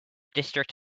district